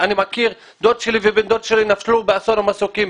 דוד שלי ובן דוד שלי נפלו באסון המסוקים,